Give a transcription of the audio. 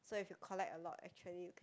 so if you collect a lot actually